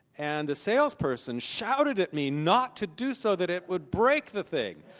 and the sales person shouted at me not to do so, that it would break the thing.